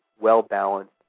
well-balanced